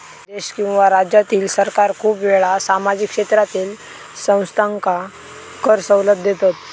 देश किंवा राज्यातील सरकार खूप वेळा सामाजिक क्षेत्रातील संस्थांका कर सवलत देतत